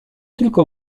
tylko